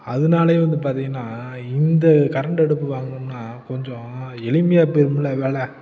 அதனாலையே வந்து பார்த்தீங்கன்னா இந்த கரண்ட் அடுப்பு வாங்குனோம்னால் கொஞ்சம் எளிமையாக போயிடும்ல வேலை